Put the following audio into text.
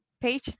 page